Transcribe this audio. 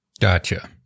Gotcha